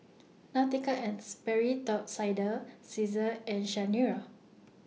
Nautica and Sperry Top Sider Cesar and Chanira